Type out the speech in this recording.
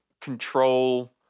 control